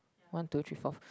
one two three four